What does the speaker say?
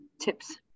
tips